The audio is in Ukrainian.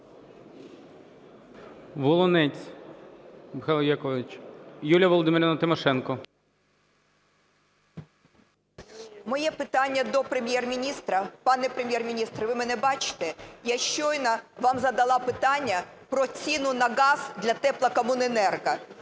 Волинець Михайло Якович. Юлія Володимирівна Тимошенко. 11:38:26 ТИМОШЕНКО Ю.В. Моє питання до Прем'єр-міністра. Пане Прем'єр-міністр, ви мене бачите? Я щойно вам задала питання про ціну на газ для теплокомуненерго.